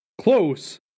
close